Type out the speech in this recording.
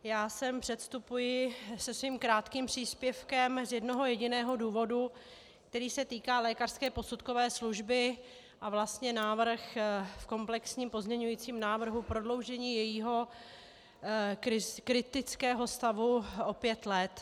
Já sem předstupuji se svým krátkým příspěvkem z jednoho jediného důvodu, který se týká lékařské posudkové služby, a vlastně návrh v komplexním pozměňovacím návrhu prodloužení jejího kritického stavu o pět let.